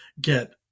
get